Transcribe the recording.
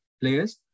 players